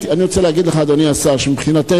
אני רוצה להגיד לך, אדוני השר, שמבחינתנו,